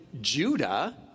judah